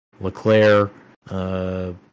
LeClaire